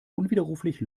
unwiderruflich